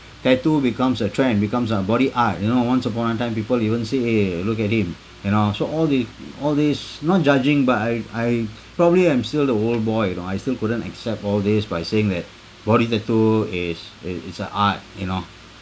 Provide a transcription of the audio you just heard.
tattoo becomes a trend becomes a body art you know once upon a time people even say eh look at him you know so all the all these not judging but I I probably I'm still the old boy you know I still couldn't accept all these by saying that body tattoo is it's a art you know